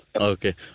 Okay